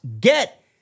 get